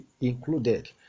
included